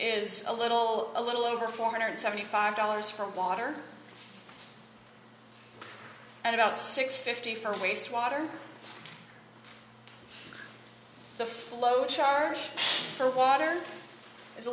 is a little a little over four hundred seventy five dollars for water and about six fifty for waste water the flow chart for water is a